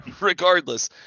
regardless